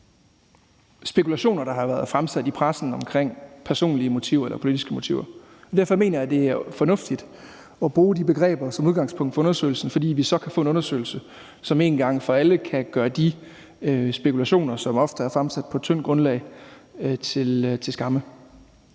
spekulationer, der har været fremsat i pressen om personlige motiver eller politiske motiver. Derfor mener jeg, det er fornuftigt at bruge de begreber som udgangspunkt forundersøgelsen, fordi vi så kan få en undersøgelse, som en gang for alle kan gøre de spekulationer, som ofte er fremsat på tyndt grundlag, til skamme.